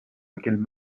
lesquelles